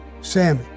Sammy